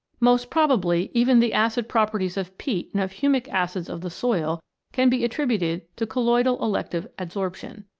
most probably even the acid properties of peat and of humic acids of the soil can be attributed to colloidal elective adsorption.